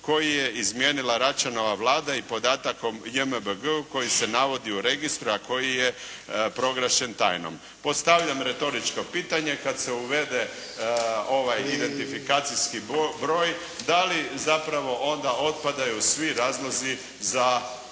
koji je izmijenila Račanova Vlada i podatak o JMBG koji se navodi u registru a koji je proglašen tajnom …". Postavljam retoričko pitanje. Kad se uvede ovaj identifikacijski broj da li zapravo onda otpadaju svi razlozi za